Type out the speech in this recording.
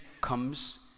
comes